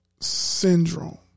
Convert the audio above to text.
Syndrome